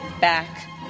back